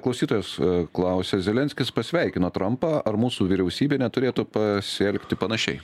klausytojas klausia zelenskis pasveikino trampą ar mūsų vyriausybė neturėtų pasielgti panašiai